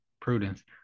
prudence